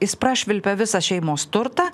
jis prašvilpė visą šeimos turtą